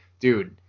dude